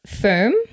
firm